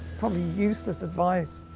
probably useless advice.